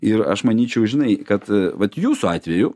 ir aš manyčiau žinai kad vat jūsų atveju